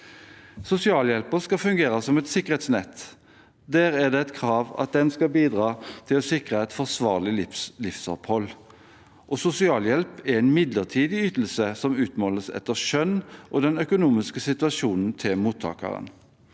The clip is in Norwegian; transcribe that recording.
og gi økt verdighet et sikkerhetsnett. Det er et krav at den skal bidra til å sikre et forsvarlig livsopphold. Sosialhjelp er en midlertidig ytelse som utmåles etter skjønn og etter den økonomiske situasjonen til mottakeren.